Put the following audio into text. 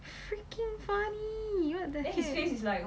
freaking funny what the heck